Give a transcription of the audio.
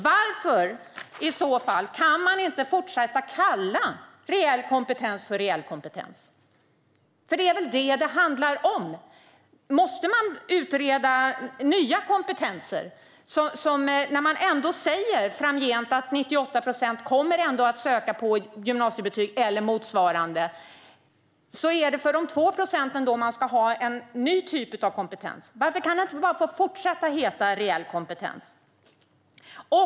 Varför kan man i så fall inte fortsätta att kalla reell kompetens för reell kompetens? Det är väl vad det handlar om? Måste man utreda nya kompetenser när man ändå säger att framgent kommer 98 procent att söka på gymnasiebetyg eller motsvarande? Det är alltså för resterande 2 procent man ska ha en ny typ av kompetens. Varför kan det inte bara få fortsätta att heta reell kompetens?